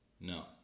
No